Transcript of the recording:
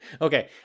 okay